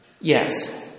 yes